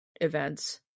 events